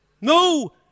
no